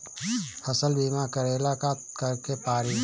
फसल बिमा करेला का करेके पारी?